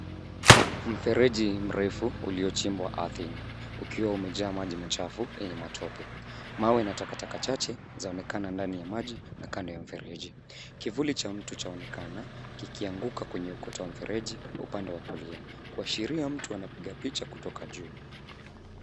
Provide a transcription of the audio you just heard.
Mfereji mrefu uliochimbwa ardhini ukiwa umejaa maji machafu yenye matope. Mawe ina takataka chache zaonekana ndani ya maji na kando ya mfereji. Kivuli cha mtu chaonekana kikianguka kwenye ukuta wa mfereji upande wa kulia, kuashiria mtu anapiga picha kutoka juu.